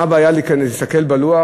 מה הבעיה להסתכל בלוח,